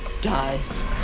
dies